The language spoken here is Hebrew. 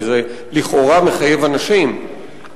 כי זה לכאורה מחייב אנשים,